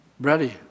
ready